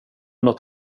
något